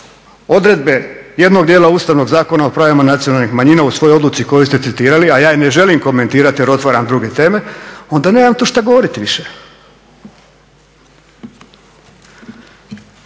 odredbe jednog dijela Ustavnog Zakona o pravima nacionalnih manjina u svojoj odluci koju ste citirali, a ja je ne želim komentirati jer otvaram druge teme, onda nemam tu što govoriti više.